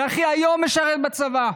ואחי היום משרת בצבא,